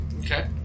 Okay